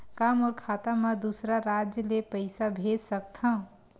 का मोर खाता म दूसरा राज्य ले पईसा भेज सकथव?